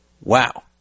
Wow